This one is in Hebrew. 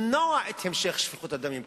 למנוע את המשך שפיכות הדמים,